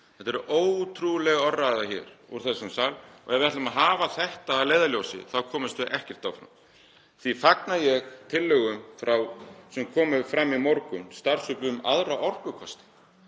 Þetta er ótrúleg orðræða hér úr þessum sal og ef við ætlum að hafa þetta að leiðarljósi þá komumst við ekkert áfram. Því fagna ég tillögum sem komu fram í morgun frá starfshópi um aðra orkukosti.